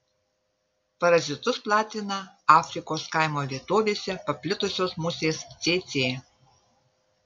parazitus platina afrikos kaimo vietovėse paplitusios musės cėcė